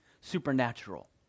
supernatural